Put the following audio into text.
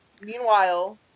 meanwhile